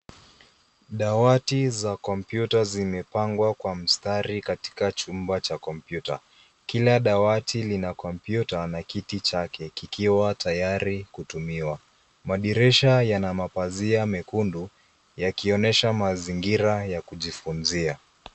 Dawati za kompyuta zimepangwa kwa mstari katika chumba cha kompyuta. Kila dawayi lina kompyuta na kiti chake kikiwa tayari kutumiwa. Madirisha yana mapazia mekundu yakionyesha mazingira ya kujifunzia.